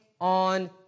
on